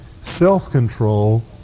self-control